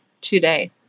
today